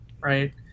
right